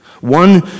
One